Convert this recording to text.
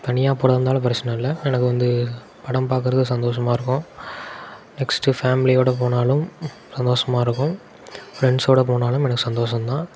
தனியாக போறாதாருந்தாலும் பிரச்சனை இல்லை எனக்கு வந்து படம் பார்க்குறது சந்தோஷமாக இருக்கும் நெக்ஸ்டு ஃபேம்லியோடு போனாலும் சந்தோஷமாக இருக்கும் ஃப்ரெண்ட்ஸோடு போனாலும் எனக்கு சந்தோஷம் தான்